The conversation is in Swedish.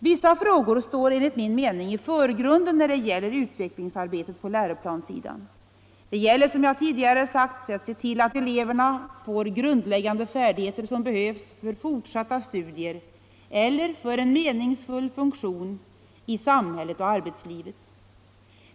Vissa frågor står enligt min mening i förgrunden när det gäller utvecklingsarbetet på läroplanssidan. Det är, som jag tidigare sagt, nödvändigt att se till att eleverna får de grundläggande färdigheter som behövs för fortsatta studier eller för en meningsfull funktion i samhället och arbetslivet.